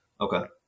Okay